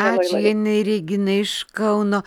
ačiū janinai regina iš kauno